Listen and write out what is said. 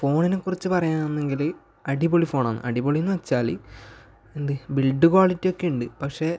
ഫോണിനെക്കുറിച്ച് പറയാണെങ്കിൽ അടിപൊളി ഫോണാണ് അടിപൊളി എന്ന് വെച്ചാൽ എന്തേ ബിൽഡ് ക്വാളിറ്റി ഒക്കെയുണ്ട് പക്ഷേ